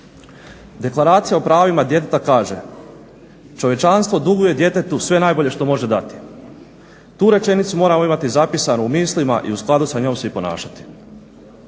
Deklaracija o pravima djeteta kaže: čovječanstvo duguje djetetu sve najbolje što može dati. Tu rečenicu moramo imati zapisanu u mislima i u skladu sa njom se i ponašati.